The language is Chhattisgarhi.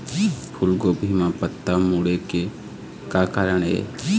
फूलगोभी म पत्ता मुड़े के का कारण ये?